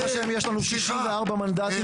ברוך השם, יש לנו 64 מנדטים.